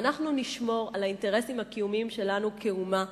ואנחנו נשמור על האינטרסים הקיומיים שלנו כאומה,